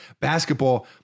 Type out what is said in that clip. basketball